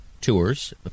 tours